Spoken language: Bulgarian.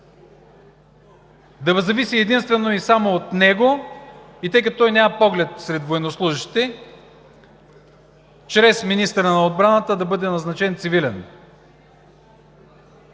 да зависи единствено и само от него и тъй като той няма поглед сред военнослужещите чрез министъра на отбраната да бъде назначен цивилен.